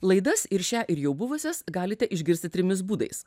laidas ir šią ir jau buvusias galite išgirsti trimis būdais